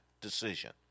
decision